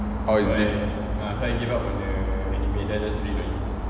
how is this